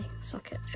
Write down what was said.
socket